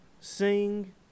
Sing